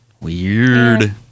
Weird